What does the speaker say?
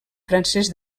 francès